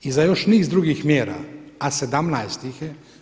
I za još niz drugih mjera, a 17 ih je.